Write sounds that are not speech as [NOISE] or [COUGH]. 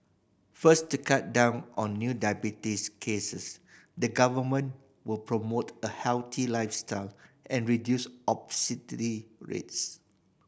first to cut down on new diabetes cases the Government will promote a healthy lifestyle and reduce [UNINTELLIGIBLE] rates